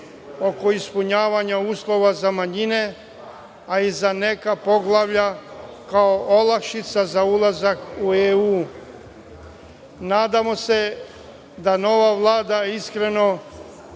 oko ispunjavanja uslova za manjine, a i za neka poglavlja, kao olakšica za ulazak u EU.Nadamo se da će se nova Vlada iskreno